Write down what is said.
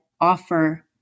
offer